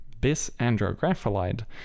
bisandrographolide